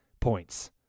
points